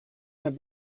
have